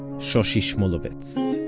shoshi shmuluvitz.